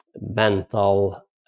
Mental